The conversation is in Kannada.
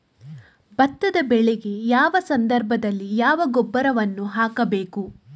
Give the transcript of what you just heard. ಭತ್ತದ ಬೆಳೆಗೆ ಯಾವ ಸಂದರ್ಭದಲ್ಲಿ ಯಾವ ಗೊಬ್ಬರವನ್ನು ಹಾಕಬೇಕು?